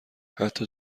حتی